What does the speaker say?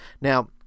Now